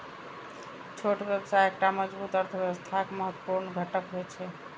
छोट व्यवसाय एकटा मजबूत अर्थव्यवस्थाक महत्वपूर्ण घटक होइ छै